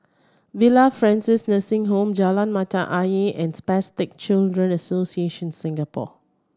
Villa Francis Nursing Home Jalan Mata Ayer and Spastic Children Association Singapore